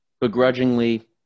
Begrudgingly